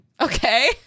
Okay